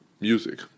music